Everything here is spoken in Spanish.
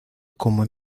como